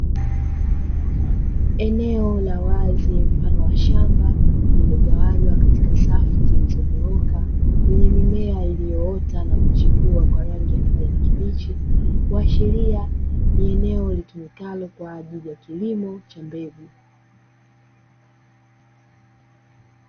Eneo la wazi, mfano wa shamba lililogawanywa katika safu zilizonyooka, yenye mimea iliyoota na kuchipua kwa rangi ya kijani kibichi kuashiria ni eneo litumikalo kwa ajili ya kilimo cha mbegu.